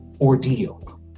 ordeal